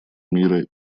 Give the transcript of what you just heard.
мира